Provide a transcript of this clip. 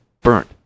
burnt